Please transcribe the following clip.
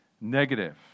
negative